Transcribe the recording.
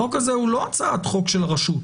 החוק הזה הוא לא הצעת חוק של הרשות.